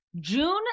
June